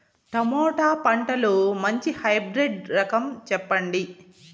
Tomato పంటలో మంచి hybrid రకం చెప్పండి?